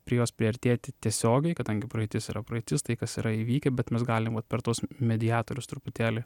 prie jos priartėti tiesiogiai kadangi praeitis yra praeitis tai kas yra įvykę bet mes galim vat per tuos mediatorius truputėlį